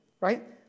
right